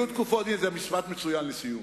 זה משפט מצוין לסיום.